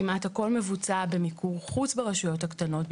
כמעט הכל מבוצע במיקור חוץ ברשויות הקטנות,